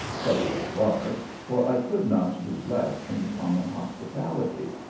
such as it was, for i could not do less in common hospitality.